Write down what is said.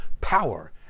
Power